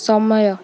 ସମୟ